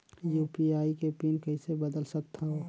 UPI के PIN कइसे बदल सकथव?